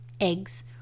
eggs